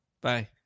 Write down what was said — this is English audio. Bye